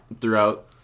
Throughout